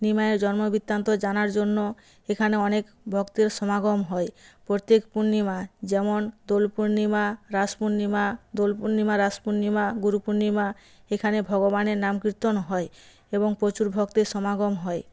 নিমাইয়ের জন্ম বৃত্তান্ত জানার জন্য এখানে অনেক ভক্তের সমাগম হয় প্রত্যেক পূর্ণিমায় যেমন দোল পূর্ণিমা রাস পূর্ণিমা দোল পূর্ণিমা রাস পূর্ণিমা গুরু পূর্ণিমা এখানে ভগবানের নাম কীর্তন হয় এবং প্রচুর ভক্তের সমাগম হয়